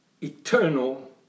eternal